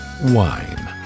wine